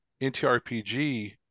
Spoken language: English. ntrpg